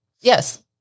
Yes